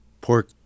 Pork